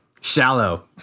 Shallow